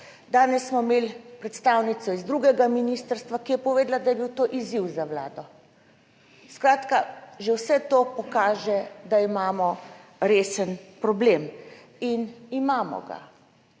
Danes smo imeli predstavnico iz drugega ministrstva, ki je povedala, da je bil to izziv za Vlado. Skratka že vse to pokaže, da imamo resen problem - in imamo ga,